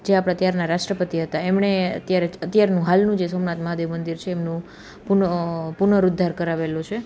જે આપણા ત્યારના રાષ્ટ્રપતિ હતા એમણે ત્યારે અત્યારનું હાલનું જે સોમનાથ મહાદેવ મંદિર છે એમનું પુનઃ પુનરોદ્ધાર કરાવેલું છે